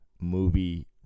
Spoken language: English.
movie